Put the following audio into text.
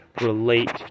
relate